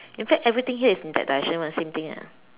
in fact everything here is in that direction [one] same thing ah